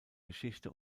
geschichte